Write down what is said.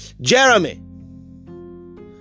Jeremy